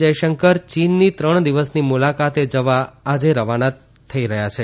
જયશંકર ચીનની ત્રણ દિવસની મુલાકાતે આજે રવાના થઇ રહ્યાં છે